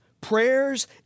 prayers